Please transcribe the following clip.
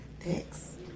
thanks